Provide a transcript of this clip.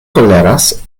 toleras